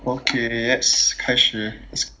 well K 开始